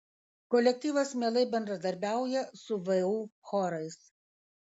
kolektyvas mielai bendradarbiauja su vu chorais